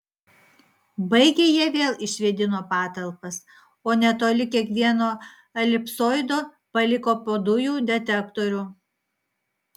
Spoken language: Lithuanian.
baigę jie vėl išvėdino patalpas o netoli kiekvieno elipsoido paliko po dujų detektorių